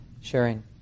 sharing